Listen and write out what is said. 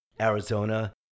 Arizona